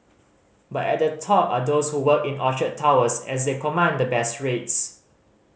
but at the top are those who work in Orchard Towers as they command the best rates